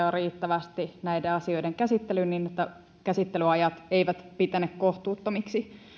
on riittävästi näiden asioiden käsittelyyn niin että käsittelyajat eivät pitene kohtuuttomiksi